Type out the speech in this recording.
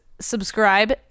subscribe